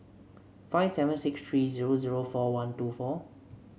five seven six three zero zero four one two four